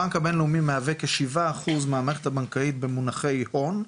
הבנק הבינלאומי מהווה כ-7% מהמערכת הבנקאית במונחי ההון,